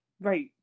Right